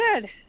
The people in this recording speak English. good